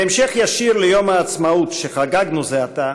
בהמשך ישיר ליום העצמאות, שחגגנו זה עתה,